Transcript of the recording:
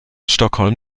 stockholm